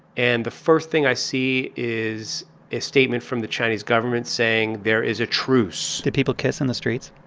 and the first thing i see is a statement from the chinese government saying there is a truce did people kiss in the streets?